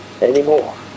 anymore